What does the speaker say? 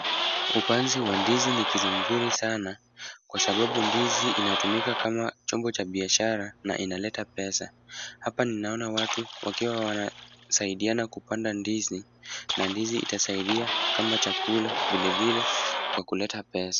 Upanzi wa ndizi ni mzuri sana kwa sababu ndizi inatumika kama chombo cha biashara na inaleta pesa. Hapa ninaona watu wakiwa wanasaidiana kupanda ndizi na ndizi itasaidia kama chakula vile vile kwa kuleta pesa.